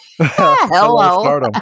hello